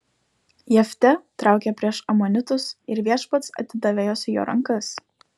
jeftė traukė prieš amonitus ir viešpats atidavė juos į jo rankas